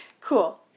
Cool